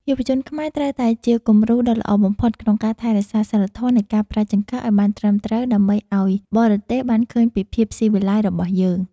យុវជនខ្មែរត្រូវតែជាគំរូដ៏ល្អបំផុតក្នុងការថែរក្សាសីលធម៌នៃការប្រើចង្កឹះឱ្យបានត្រឹមត្រូវដើម្បីឱ្យបរទេសបានឃើញពីភាពស៊ីវិល័យរបស់យើង។